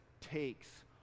takes